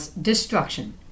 destruction